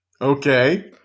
Okay